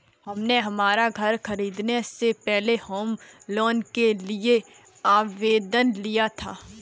हमने हमारा घर खरीदने से पहले होम लोन के लिए आवेदन किया था